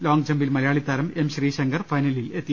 ലോംങ്ജമ്പിൽ മലയാളിതാരം എം ശ്രീശങ്കർ ഫൈനലിലെത്തി